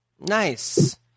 Nice